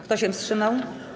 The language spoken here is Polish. Kto się wstrzymał?